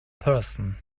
person